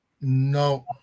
No